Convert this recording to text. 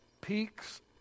peaks